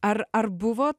ar ar buvo